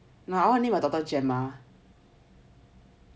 I want name my daughter gemma